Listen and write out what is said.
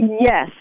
Yes